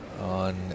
on